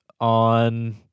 on